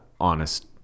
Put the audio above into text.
honest